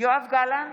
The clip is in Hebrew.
יואב גלנט,